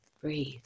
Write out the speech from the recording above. Breathe